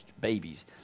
babies